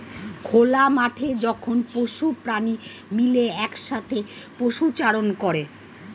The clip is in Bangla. খোলা মাঠে যখন পশু প্রাণী মিলে একসাথে পশুচারণ করে